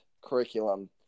curriculum